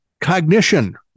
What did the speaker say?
cognition